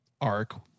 arc